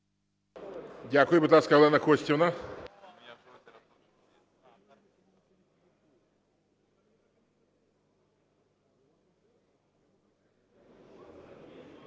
Дякую. Будь ласка, Олена Костівна.